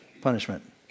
punishment